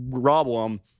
problem